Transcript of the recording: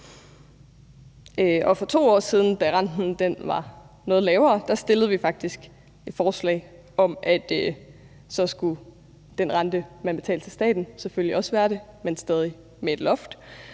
For 2 år siden, da renten var noget lavere, fremsatte vi faktisk et forslag om, at den rente, man betalte til staten, selvfølgelig også skulle være lavere, men stadig med et loft,